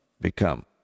become